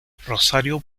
rosario